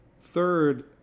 Third